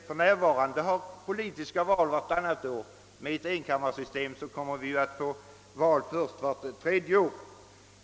För närvarande har vi val vartannat år, men med ett enkammarsystem kommer vi att få val bara vart tredje år.